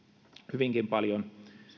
hyvinkin paljon